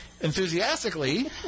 enthusiastically